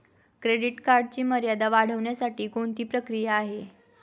Credit कार्डची मर्यादा वाढवण्यासाठी कोणती प्रक्रिया आहे?